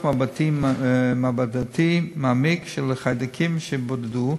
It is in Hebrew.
ניתוח מעבדתי מעמיק של חיידקים שבודדו,